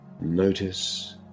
Notice